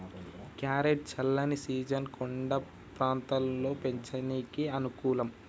carrot చల్లని season కొండ ప్రాంతంలో పెంచనీకి అనుకూలం